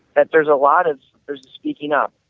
but there is a lot of those speaking up,